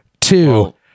two